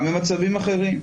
גם במצבים אחרים.